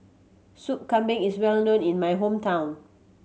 Soup Kambing is well known in my hometown